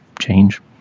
change